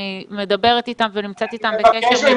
אני מדברת איתם ונמצאת איתם בקשר.